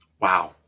Wow